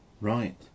right